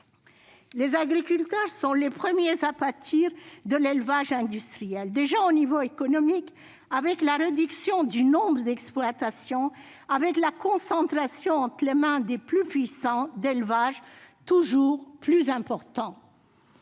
Les agriculteurs sont les premiers à pâtir de l'élevage industriel, déjà au niveau économique, avec la réduction du nombre d'exploitations et la concentration d'élevages toujours plus importants